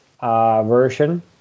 version